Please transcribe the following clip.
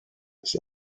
sir